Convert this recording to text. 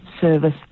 service